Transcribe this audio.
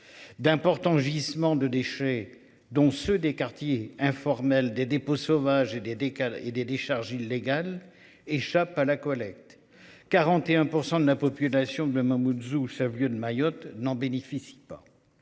D'importants gisements de déchets, dont ceux des quartiers informels des dépôts sauvages et des des et, des décharges illégales échappe à la collecte 41% de la population de Mamoudzou chef- lieu de Mayotte n'en bénéficient pas.